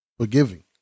Forgiving